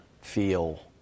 feel